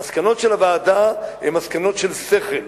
המסקנות של הוועדה הן מסקנות של שכל,